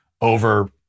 over